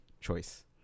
choice